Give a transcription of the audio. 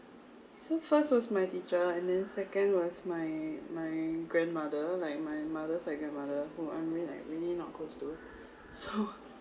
so first was my teacher and then second was my my grandmother like my mother's side grandmother who I'm mean I'm really not close to so